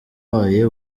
wabaye